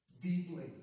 deeply